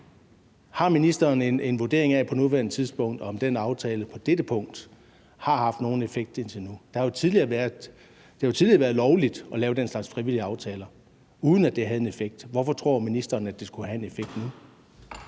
på nuværende tidspunkt af, om den aftale på dette punkt har haft nogen effekt indtil nu? Det har jo tidligere været lovligt at lave den slags frivillige aftaler, uden at det havde en effekt. Hvorfor tror ministeren at det skulle have en effekt nu?